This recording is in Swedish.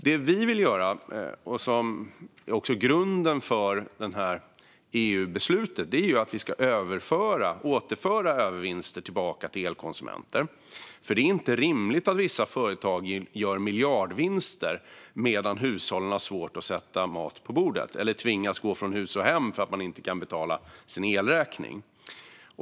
Det vi vill göra, vilket också är grunden för EU-beslutet, är att återföra övervinster tillbaka till elkonsumenter. Det är inte rimligt att vissa företag gör miljardvinster medan hushållen har svårt att sätta mat på bordet eller tvingas gå från hus och hem för att man inte kan betala sin elräkning.